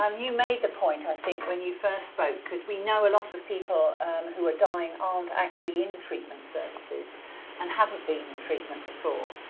um you made the point i think when you first spoke, because we know a lot of people who are dying aren't actually in treatment services and haven't been in treatment before,